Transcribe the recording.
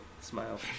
Smile